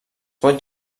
pot